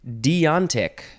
Deontic